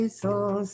soul